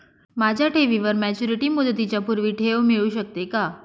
माझ्या ठेवीवर मॅच्युरिटी मुदतीच्या पूर्वी ठेव मिळू शकते का?